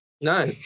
No